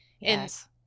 Yes